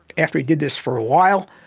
after he did this for a while,